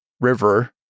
river